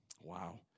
Wow